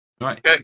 right